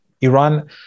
Iran